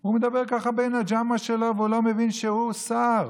ילודה של בטלה והם לא תורמים למשק שום